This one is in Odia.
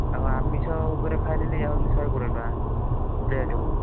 ଆଉ ଆମିଷ ଉପରେ ଖାଇଲେ ନେଇଯାଉଛନ୍ତି ଶହେ କୋଡ଼ିଏ ଟଙ୍କା ପ୍ଲେଟକୁ